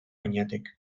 beñatek